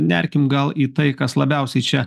nerkim gal į tai kas labiausiai čia